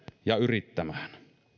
ja yrittämään